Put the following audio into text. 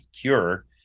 cure